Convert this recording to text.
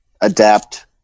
adapt